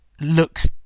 looks